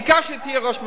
העיקר שתהיה ראש ממשלה.